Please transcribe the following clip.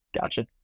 Gotcha